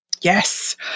Yes